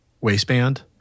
waistband